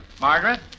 Margaret